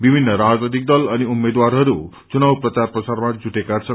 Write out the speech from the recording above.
विभिन्न राजनैतिक दल अनि उम्मेद्वारहरू चुनाव प्रचार प्रसारणमा जुटेका छन्